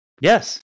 Yes